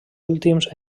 últims